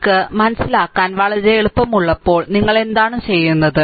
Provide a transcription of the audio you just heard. നിങ്ങൾക്ക് മനസിലാക്കാൻ വളരെ എളുപ്പമുള്ളപ്പോൾ നിങ്ങൾ എന്താണ് ചെയ്യുന്നത്